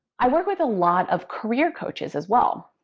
i work with a lot of career coaches as well,